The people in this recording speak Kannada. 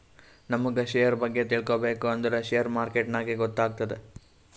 ನಮುಗ್ ಶೇರ್ ಬಗ್ಗೆ ತಿಳ್ಕೋಬೇಕ್ ಅಂದುರ್ ಶೇರ್ ಮಾರ್ಕೆಟ್ನಾಗೆ ಗೊತ್ತಾತ್ತುದ